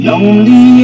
Lonely